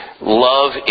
Love